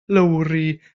lowri